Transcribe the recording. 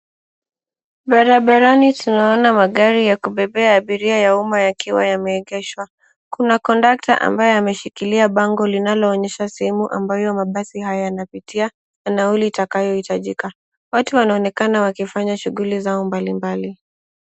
Barabarani tunaona magari ya kubebea abiria ya umma yakiwa yameegeshwa. Kuna kondakta ambaye ameshikilia bango linaloonyesha sehemu ambayo mabasi haya yanapitia na nauli itakayohitajika. Watu wanaonekana wakifanya shuguli zao mbalimbali.